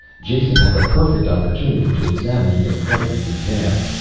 jason had the perfect opportunity to examine it in every detail.